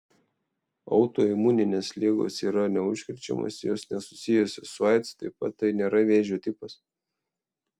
autoimuninės ligos yra neužkrečiamos jos nesusijusios su aids taip pat tai nėra vėžio tipas